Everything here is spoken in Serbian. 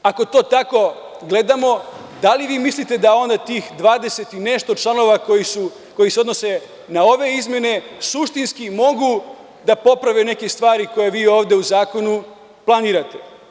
Ako to tako gledamo, da li vi mislite da onda tih 20 i nešto članova koji se odnose na ove izmene suštinski mogu da poprave neke stvari koje vi ovde u zakonu planirate?